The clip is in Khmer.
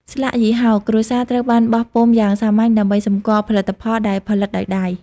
ស្លាកយីហោ គ្រួសារត្រូវបានបោះពុម្ពយ៉ាងសាមញ្ញដើម្បីសម្គាល់ផលិតផលដែលផលិតដោយដៃ។